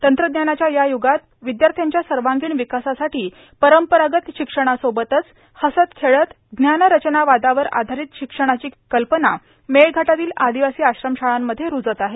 तंत्रज्ञानाच्या या युगात र्वद्याथ्याच्या सवागीण र्वकासासाठी परंपरागत र्शिक्षणासोबतच हसत खेळत ज्ञानरचनावादावर आर्धारत शिक्षणाची कल्पना मेळघाटातील आर्गादवासी आश्रमशाळांमध्ये रुजत आहे